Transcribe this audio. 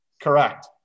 Correct